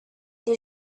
did